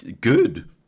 good